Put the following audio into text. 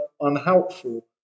unhelpful